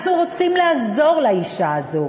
אנחנו רוצים לעזור לאישה הזאת,